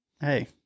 Hey